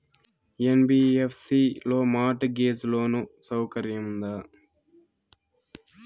NBFC లో mortgage loan సౌకర్యం ఉందా?